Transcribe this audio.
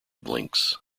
blinks